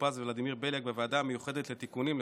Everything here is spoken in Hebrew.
פז וולדימיר בליאק בוועדה המיוחדת לתיקונים לחוק-יסוד: